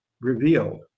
revealed